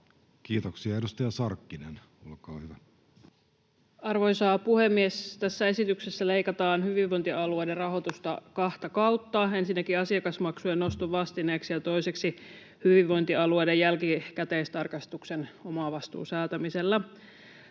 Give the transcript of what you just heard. muuttamisesta Time: 15:41 Content: Arvoisa puhemies! Tässä esityksessä leikataan hyvinvointialueiden rahoitusta kahta kautta: ensinnäkin asiakasmaksujen noston vastineeksi ja toiseksi hyvinvointialueiden jälkikäteistarkastuksen omavastuun säätämisellä.